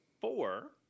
four